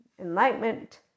Enlightenment